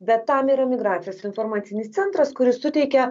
bet tam yra migracijos informacinis centras kuris suteikia